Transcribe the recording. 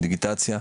הדיגיטציה,